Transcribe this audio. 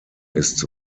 ist